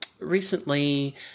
recently